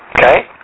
Okay